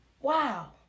wow